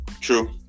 true